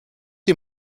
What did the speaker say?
ihr